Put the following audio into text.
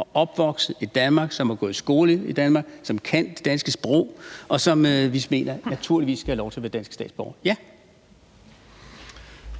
og opvokset i Danmark, som har gået i skole i Danmark, som kan det danske sprog, og som vi naturligvis mener skal have lov til at være danske statsborgere. Ja.